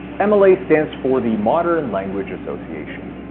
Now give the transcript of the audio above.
and mla stands for the modern language association.